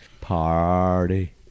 Party